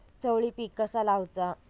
चवळी पीक कसा लावचा?